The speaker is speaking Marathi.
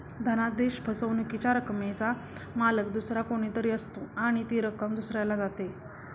धनादेश फसवणुकीच्या रकमेचा मालक दुसरा कोणी तरी असतो आणि ती रक्कम दुसऱ्याला जाते